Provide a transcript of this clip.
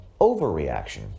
overreaction